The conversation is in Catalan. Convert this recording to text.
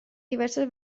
diverses